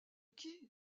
qui